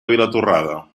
vilatorrada